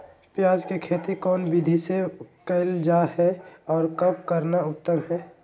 प्याज के खेती कौन विधि से कैल जा है, और कब करना उत्तम है?